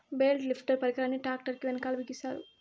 bale lifter పరికరాన్ని tractor కీ వెనకాల బిగిస్తారు